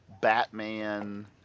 Batman